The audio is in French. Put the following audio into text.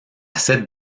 cette